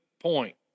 point